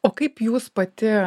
o kaip jūs pati